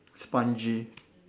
spongy